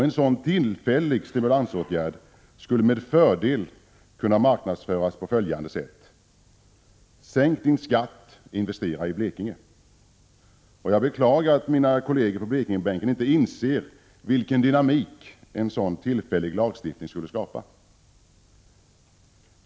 En sådan tillfällig stimulansåtgärd skulle med fördel kunna marknadsföras på följande sätt: ”Sänk Din skatt — Investera i Blekinge.” Jag beklagar att mina kolleger på Blekingebänken inte inser vilken dynamik en sådan tillfällig lagstiftning skulle skapa.